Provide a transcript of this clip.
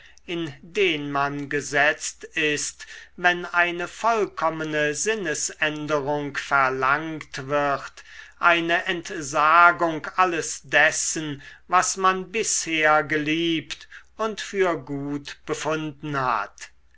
in den man gesetzt ist wenn eine vollkommene sinnesänderung verlangt wird eine entsagung alles dessen was man bisher geliebt und für gut befunden hat